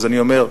אז אני אומר: